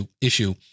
issue